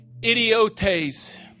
idiotes